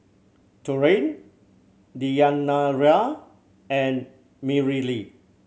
Taurean Deyanira and Mareli